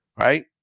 right